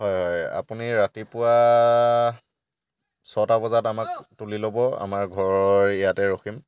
হয় হয় আপুনি ৰাতিপুৱা ছয়টা বজাত আমাক তুলি ল'ব আমাৰ ঘৰৰ ইয়াতে ৰখিম